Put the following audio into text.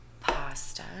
pasta